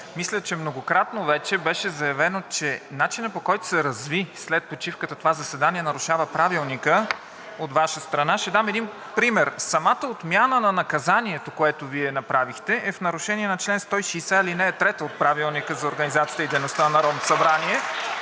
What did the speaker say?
Мисля, че многократно вече беше заявено, че начинът, по който се разви след почивката това заседание, нарушава Правилника от Ваша страна. Ще дам един пример. Самата отмяна на наказанието, което Вие направихте, е в нарушение на чл. 160, ал. 3 от Правилника за организацията и дейността на Народното събрание